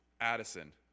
Addison